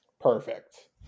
Perfect